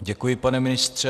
Děkuji, pane ministře.